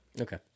okay